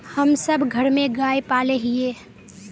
हम सब घर में गाय पाले हिये?